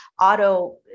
auto